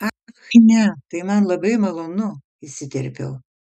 ach ne tai man labai malonu įsiterpiau